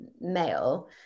male